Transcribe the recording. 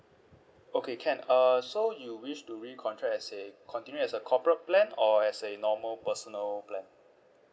okay can uh so you wish to recontract as a continue as a corporate plan or as a normal personal plan